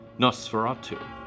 Nosferatu